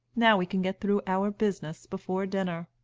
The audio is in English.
now we can get through our business before dinner.